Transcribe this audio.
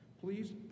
please